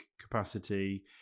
capacity